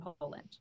Poland